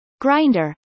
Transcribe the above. Grinder